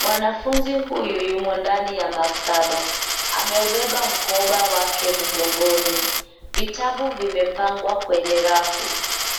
Mwanafunzi huyu yumo ndani ya maktaba, ameubeba mkoba wake mgongoni. Vitabu vimepangwa kwenye rafu,